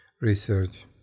research